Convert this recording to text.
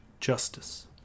justice